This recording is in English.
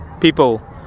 people